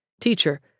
Teacher